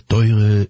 Teure